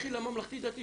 לכי לממלכתי-דתי